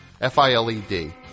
F-I-L-E-D